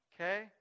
okay